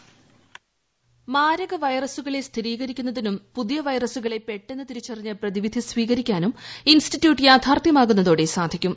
voice മാരക വൈറസുകളെ സ്ഥിരീകരിക്കുന്നതിനും പുതിയ വൈറസുകളെ പെട്ടെന്ന് തിരിച്ചറിഞ്ഞ് പ്രതിവിധി സ്വീകരിക്കാനും ഇൻസ്റ്റിറ്റ്യൂട്ട് യാഥാർത്ഥ്യമാകുന്നതോടെ സാധിക്കും